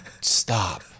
stop